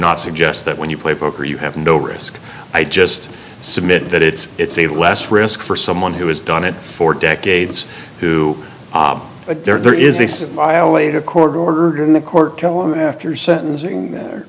not suggest that when you play poker you have no risk i just submit that it's it's a less risk for someone who has done it for decades who but there is a court order in the court after sentencing